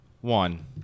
one